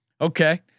Okay